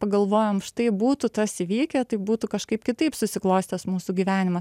pagalvojom štai būtų tas įvykę tai būtų kažkaip kitaip susiklostęs mūsų gyvenimas